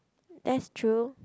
that's true